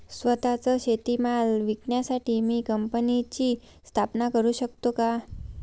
स्वत:चा शेतीमाल विकण्यासाठी मी कंपनीची स्थापना करु शकतो का?